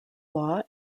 law